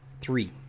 three